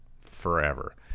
forever